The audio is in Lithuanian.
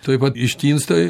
tuoj pat ištinsta